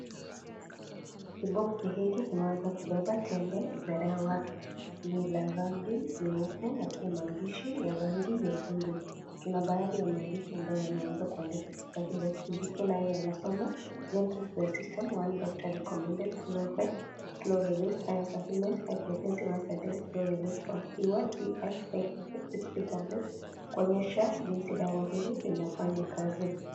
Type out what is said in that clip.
Kiboxi hiki kimeweza kubeba tembe za dawa, ni la rangi nyeupe, na maandishi ya rangi nyekundu, tuna baadhi maandishi ambayo yameweza kuandikwa katika kiboxi hiki nayo yanasoma, (cs)gentle to the system 1 drop recomended sinope, vitamin D3tablet(cs), kuonyesha jinsi dawa hili, linafanya kazi.